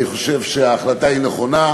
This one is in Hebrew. אני חושב שההחלטה נכונה,